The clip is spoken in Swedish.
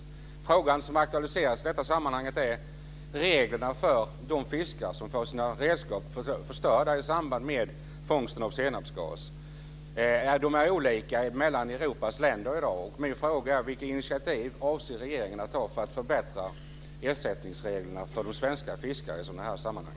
Den fråga som aktualiseras i detta sammanhang är reglerna för de fiskare som får sina redskap förstörda i samband med fångsten av senapsgas. Reglerna är olika i Europas länder i dag.